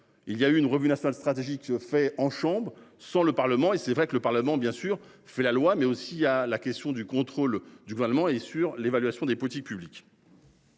Il y a eu une revue nationale stratégique fait en chambre sans le Parlement et c'est vrai que le Parlement bien sûr fait la loi, mais aussi à la question du contrôle du gouvernement et sur l'évaluation des politiques publiques.